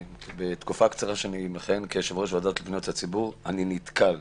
בתקופה הקצרה שאני מכהן כיושב-ראש הוועדה לפניות הציבור אני נתקל,